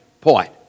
point